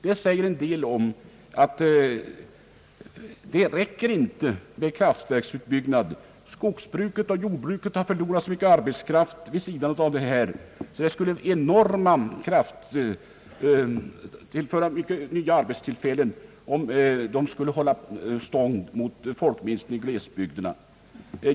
Det säger en del om att det inte räcker med kraftverksbyggnader. Skogsbruket och jordbruket har förlorat så mycket arbetskraft att det här skulle behövas ett enormt antal nya arbetstillfällen, om man skulle kunna hålla stånd mot folkminskningen i glesbygderna.